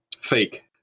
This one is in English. Fake